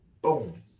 Boom